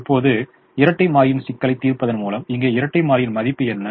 இப்போது இரட்டை மாறியின் சிக்கலைத் தீர்ப்பதன் மூலம் இங்கே இரட்டை மாறியின் மதிப்பு என்ன